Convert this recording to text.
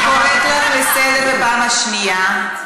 אני קוראת אותך לסדר בפעם השנייה.